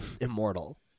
immortal